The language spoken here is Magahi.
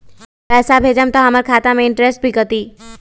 पैसा भेजम त हमर खाता से इनटेशट भी कटी?